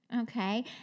okay